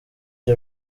the